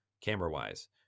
camera-wise